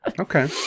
okay